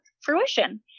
fruition